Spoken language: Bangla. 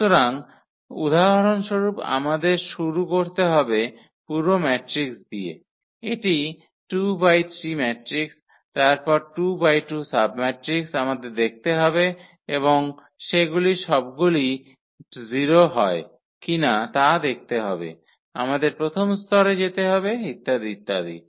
সুতরাং উদাহরণস্বরূপ আমাদের শুরু করতে হবে পুরো ম্যাট্রিক্স দিয়ে এটি 2 বাই 3 ম্যাট্রিক্স তারপর 2 বাই 2 সাবম্যাট্রিক্স আমাদের দেখতে হবে এবং সেগুলি সবগুলিই 0 হয় কিনা তা দেখতে আমাদের প্রথম স্তরে যেতে হবে ইত্যাদি ইত্যাদি